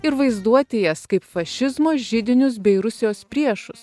ir vaizduoti jas kaip fašizmo židinius bei rusijos priešus